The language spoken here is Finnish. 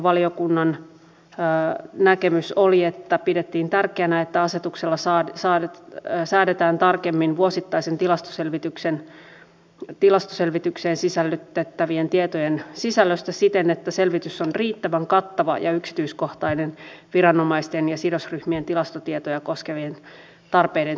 valiokunnan näkemys oli että pidettiin tärkeänä että asetuksella säädetään tarkemmin vuosittaiseen tilastoselvitykseen sisällytettävien tietojen sisällöstä siten että selvitys on riittävän kattava ja yksityiskohtainen viranomaisten ja sidosryhmien tilastotietoja koskevien tarpeiden täyttämiseksi